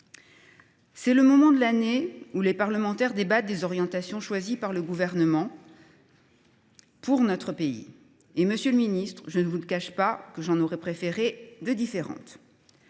C’est le moment de l’année où les parlementaires débattent des orientations choisies par le Gouvernement pour notre pays. Monsieur le ministre, je ne vous cache pas que j’aurais préféré que celles